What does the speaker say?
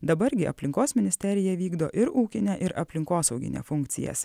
dabar gi aplinkos ministerija vykdo ir ūkinę ir aplinkosauginę funkcijas